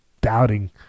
doubting